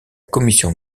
commission